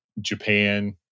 Japan